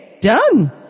done